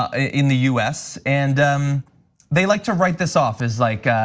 ah in the us. and they like to write this off as like,